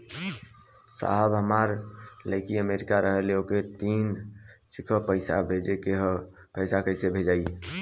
साहब हमार लईकी अमेरिका रहेले ओके तीज क पैसा भेजे के ह पैसा कईसे जाई?